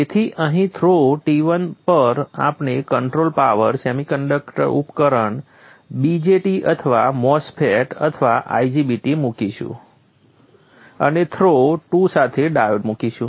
તેથી અહીં throw T1 પર આપણે કન્ટ્રોલ્ડ પાવર સેમિકન્ડક્ટર ઉપકરણ BJT અથવા MOSFET અથવા IGBT મૂકીશું અને થ્રો 2 સાથે ડાયોડ મૂકીશું